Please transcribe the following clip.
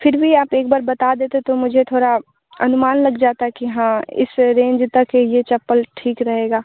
फिर भी आप एक बार बता देते तो मुझे थोड़ा अनुमान लग जाता कि हाँ इस रेंज तक यह चप्पल ठीक रहेगा